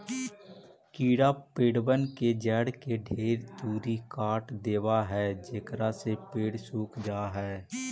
कीड़ा पेड़बन के जड़ के ढेर तुरी काट देबा हई जेकरा से पेड़ सूख जा हई